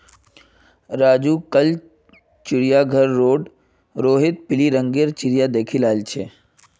राजू कल चिड़ियाघर रोड रोहित पिली रंग गेर चिरया देख याईल छे